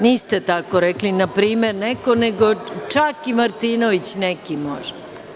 Niste rekli npr. neko nego čak i Martinović neki može.